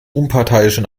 unparteiischen